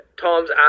Tom's